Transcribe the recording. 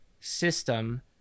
system